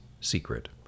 secret